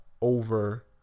over